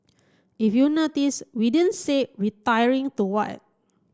if you notice we didn't say retiring to what